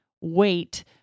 wait